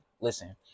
Listen